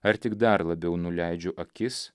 ar tik dar labiau nuleidžiu akis